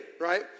right